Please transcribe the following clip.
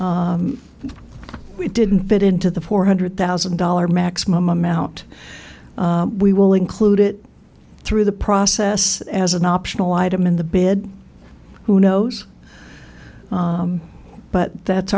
usable we didn't fit into the four hundred thousand dollars maximum amount we will include it through the process as an optional item in the bed who knows but that's